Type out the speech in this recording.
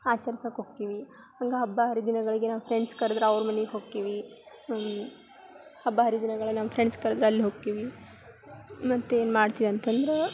ಆಚರಿಸಕ್ಕೆ ಹೊಕ್ಕಿವಿ ಹಂಗೆ ಹಬ್ಬ ಹರಿದಿನಗಳಿಗೆ ನಮ್ಮ ಫ್ರೆಂಡ್ಸ್ ಕರ್ದ್ರ ಅವ್ರ ಮನಿಗೆ ಹೋಕ್ಕೀವಿ ಹಬ್ಬ ಹರಿದಿನಗಳ ನಮ್ಮ ಫ್ರೆಂಡ್ಸ್ ಕರ್ದ್ರೆ ಅಲ್ಲಿ ಹೋಕ್ಕೀವಿ ಮತ್ತೇನು ಮಾಡ್ತೀವಿ ಅಂತಂದ್ರೆ